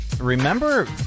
remember